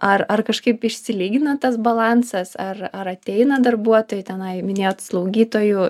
ar ar kažkaip išsilygina tas balansas ar ar ateina darbuotojai tenai minėjot slaugytojų